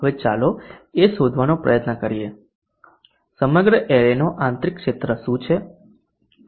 હવે ચાલો એ શોધવાનો પ્રયત્ન કરીએ કે સમગ્ર એરેનો આંતરિક ક્ષેત્ર શું છે